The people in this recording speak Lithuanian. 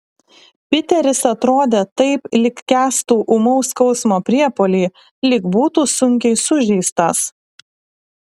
piteris atrodė taip lyg kęstų ūmaus skausmo priepuolį lyg būtų sunkiai sužeistas